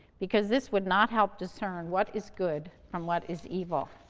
because this would not help discern what is good from what is evil.